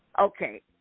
okay